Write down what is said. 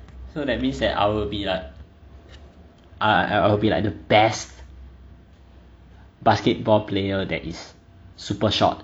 so that means that I will be like I I will be like the best basketball player that is super short